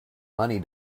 money